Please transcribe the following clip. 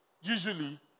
usually